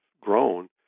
grown